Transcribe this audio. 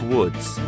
Woods